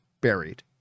Buried